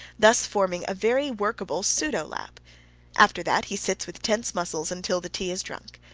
thus forming a very workable pseudo lap after that he sits with tense muscles until the tea is drunk.